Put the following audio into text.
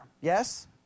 Yes